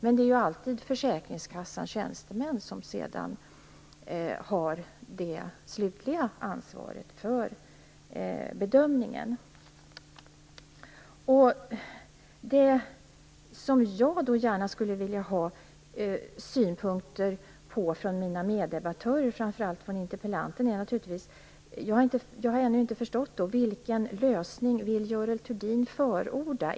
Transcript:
Men det är alltid försäkringskassans tjänstemän som sedan har det slutliga ansvaret för bedömningen. Det som jag gärna skulle vilja ha synpunkter på från mina meddebattörer, framför allt från interpellanten, är att jag inte riktigt har förstått vilken lösning som Görel Thurdin vill förorda.